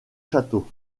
châteaux